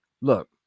Look